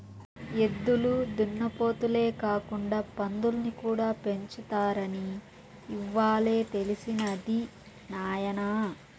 ఎద్దులు దున్నపోతులే కాకుండా పందుల్ని కూడా పెంచుతారని ఇవ్వాలే తెలిసినది నాయన